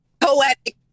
poetic